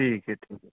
ٹھیک ہے ٹھیک ہے